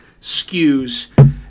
skews